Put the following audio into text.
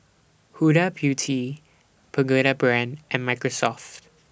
Huda Beauty Pagoda Brand and Microsoft